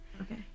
Okay